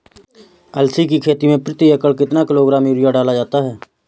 अलसी की खेती में प्रति एकड़ कितना किलोग्राम यूरिया डाला जाता है?